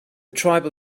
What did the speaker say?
tribal